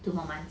two more months